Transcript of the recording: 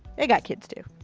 they got kids too.